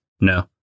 No